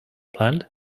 planned